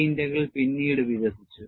J integral പിന്നീട് വികസിച്ചു